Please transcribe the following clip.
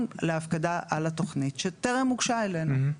להפקדה על התכנית שטרם הוגשה אלינו.